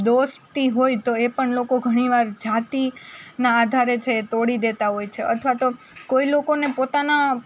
દોસ્તી હોય તો એ પણ લોકો ઘણીવાર જાતિ ના આધારે છે તો તોડી દેતા હોય છે અથવા તો કોઈ લોકોને પોતાના